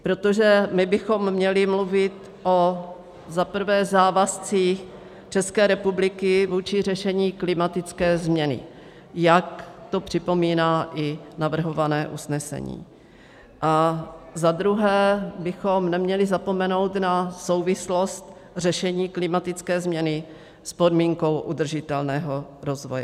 Protože my bychom měli mluvit o za prvé závazcích České republiky vůči řešení klimatické změny, jak to připomíná i navrhované usnesení, a za druhé bychom neměli zapomenout na souvislost řešení klimatické změny s podmínkou udržitelného rozvoje.